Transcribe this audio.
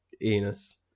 anus